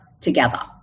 together